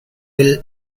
bill